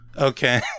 Okay